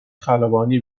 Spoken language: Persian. خلبانی